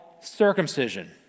Circumcision